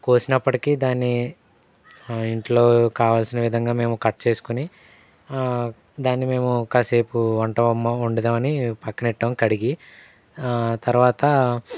కోసినప్పటికీ దాన్ని ఇంట్లో కావలసిన విధంగా మేము కట్ చేసుకొని దాన్ని మేము కాసేపు వంటావమ్మా వండుదామని పక్కనెట్టాం కడిగి తర్వాత